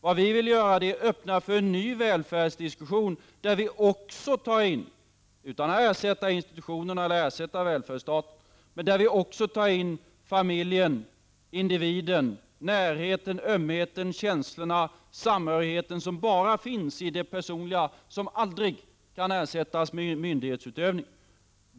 Det vi vill göra är att öppna för en ny välfärdsdiskussion, där vi, utan att ersätta institutionerna eller välfärdsstaten, också tar in familjen, individen, närheten, ömheten, känslorna, samhörigheten som bara finns i det personliga, som aldrig kan ersättas med myndighetsutövning.